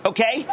Okay